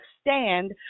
stand